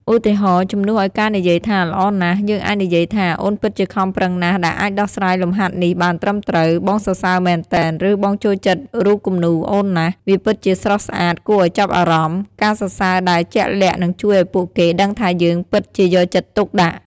ឧទាហរណ៍ ជំនួសឲ្យការនិយាយថា ល្អណាស់ យើងអាចនិយាយថា អូនពិតជាខំប្រឹងណាស់ដែលអាចដោះស្រាយលំហាត់នេះបានត្រឹមត្រូវ បងសរសើរមែនទែន! ឬ បងចូលចិត្តរូបគំនូរអូនណាស់ វាពិតជាស្រស់ស្អាតគួរឲ្យចាប់អារម្មណ៍! ការសរសើរដែលជាក់លាក់នឹងជួយឲ្យពួកគេដឹងថាយើងពិតជាយកចិត្តទុកដាក់។